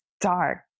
dark